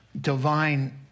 divine